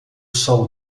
sol